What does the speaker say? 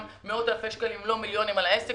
מאות אלפי שקלים אם לא מיליונים על העסק